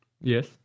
Yes